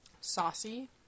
Saucy